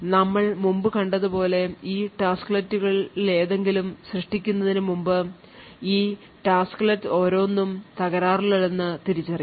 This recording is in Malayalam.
നമ്മൾമുമ്പ് കണ്ടതുപോലെ ഈ ടാസ്ക്ലെറ്റുകളിലേതെങ്കിലും സൃഷ്ടിക്കുന്നതിനുമുമ്പ് ഈ tasklets ഓരോന്നും തകരാറിലല്ലെന്ന് തിരിച്ചറിയുന്നു